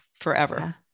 forever